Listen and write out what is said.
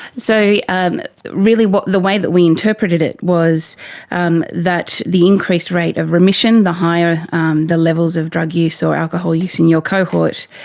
so um really the way that we interpreted it was um that the increased rate of remission, the higher um the levels of drug use or alcohol use in your cohort,